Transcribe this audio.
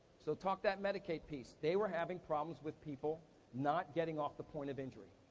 so talk that medicate piece. they were having problems with people not getting off the point of injury,